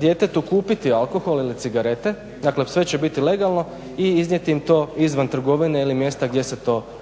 djetetu kupiti alkohol ili cigarete, dakle sve će biti legalno i iznijeti im to izvan trgovine ili mjesta gdje se to prodaje.